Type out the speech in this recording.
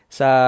sa